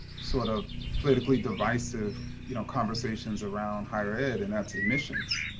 sort of politically divisive you know conversations around higher ed, and that's admissions.